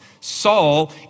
Saul